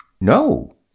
No